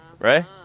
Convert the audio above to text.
Right